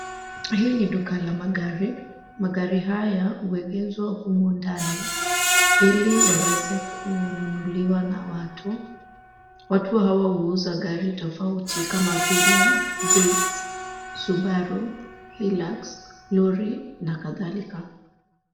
Hii ni duka la magari, magari haya huegezwa humu ndani ili yaweze kununuliwa na watu. Watu hawa huuza gari tofauti kama vile Vitz, Subaru, Hilux, lori na kadhalika.